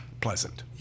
pleasant